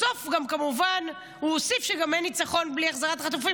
בסוף כמובן הוא הוסיף שגם אין ניצחון בלי החזרת החטופים,